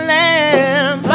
lamb